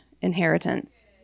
inheritance